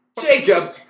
jacob